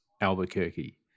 Albuquerque